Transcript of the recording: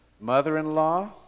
mother-in-law